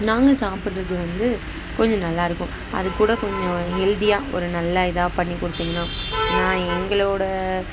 நாங்கள் சாப்புடுறது வந்து கொஞ்சம் நல்லா இருக்கும் அது கூட கொஞ்சம் ஹெல்தியாக ஒரு நல்ல இதாக பண்ணி கொடுத்திங்கன்னா நான் எங்களோடய